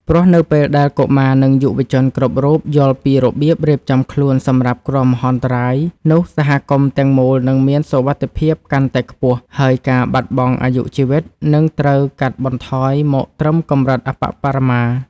ព្រោះនៅពេលដែលកុមារ និងយុវជនគ្រប់រូបយល់ពីរបៀបរៀបចំខ្លួនសម្រាប់គ្រោះមហន្តរាយ នោះសហគមន៍ទាំងមូលនឹងមានសុវត្ថិភាពកាន់តែខ្ពស់ ហើយការបាត់បង់អាយុជីវិតនឹងត្រូវកាត់បន្ថយមកត្រឹមកម្រិតអប្បបរមា។